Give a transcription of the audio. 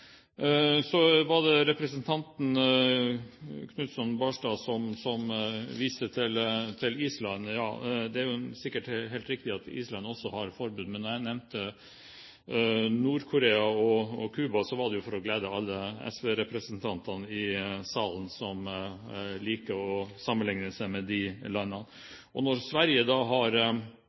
Representanten Knutson Barstad viste til Island. Det er sikkert helt riktig at Island også har et forbud, men når jeg nevnte Nord-Korea og Cuba, var det jo for å glede alle SV-representantene i salen som liker å sammenlikne seg med de landene. Og når Sverige da opphevet sitt forbud i 2006, kan jo ikke det brukes som argumentasjon at de har